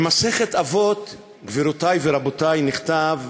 במסכת אבות, גבירותי ורבותי, נכתב: